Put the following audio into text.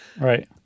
Right